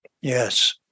Yes